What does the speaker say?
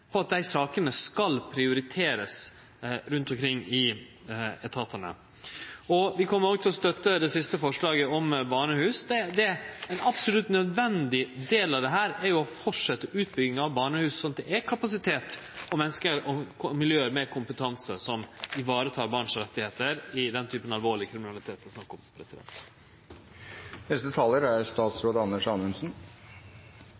at desse sakene skal prioriterast rundt omkring i etatane. Vi kjem òg til å støtte det siste forslaget, om barnehus. Ein absolutt nødvendig del av dette er å fortsetje utbygginga av barnehus, sånn at det er kapasitet, at det er menneske og miljø med kompetanse som varetek barns rettigheiter i den typen alvorleg kriminalitet det er snakk om. Jeg er veldig glad for at det er